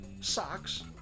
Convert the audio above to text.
socks